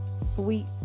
sweet